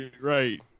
Right